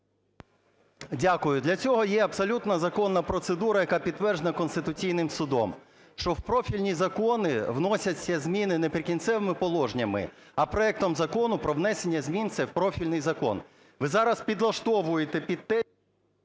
Дякую. Для цього є абсолютно законна процедура, яка підтверджена Конституційним Судом. Що в профільні закони вносяться зміни не "Прикінцевими положеннями", а проектом закону про внесення змін в профільний закон. Ви зараз підлаштовуєте під те…